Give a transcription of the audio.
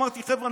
אמרתי: חבר'ה,